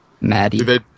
Maddie